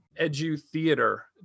edu-theater